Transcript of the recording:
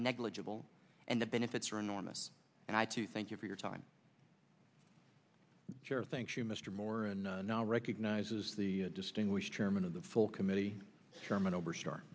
negligible and the benefits are enormous and i to thank you for your time jared thank you mr moore and now recognizes the distinguished chairman of the full committee chairman oberstar